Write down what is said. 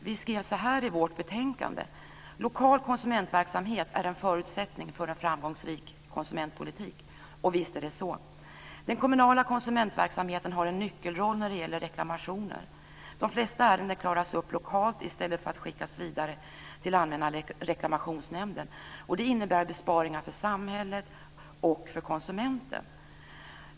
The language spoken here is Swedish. Vi skrev så här i vårt betänkande: "Lokal konsumentverksamhet är en förutsättning för en framgångsrik konsumentpolitik." Och visst är det så. Den kommunala konsumentverksamheten har en nyckelroll när det gäller reklamationer. De flesta ärenden klaras av lokalt i stället för att skickas vidare till Allmänna reklamationsnämnden, och det innebär besparingar för samhället och för konsumenten.